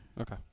Okay